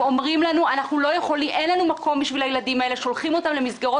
ואומרים לנו: שולחים את הילדים האלה למסגרות